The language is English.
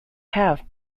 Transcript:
have